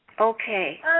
Okay